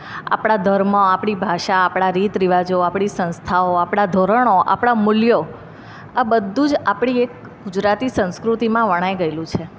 આપણા ધર્મ આપણી ભાષા આપણા રીતરિવાજો આપણી સંસ્થાઓ આપણા ધોરણો આપળા મૂલ્યો આ બધું જ આપણી એક ગુજરાતી સંસ્કૃતિમાં વણાઈ ગયેલું છે